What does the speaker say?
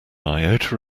iota